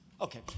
Okay